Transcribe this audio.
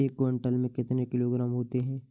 एक क्विंटल में कितने किलोग्राम होते हैं?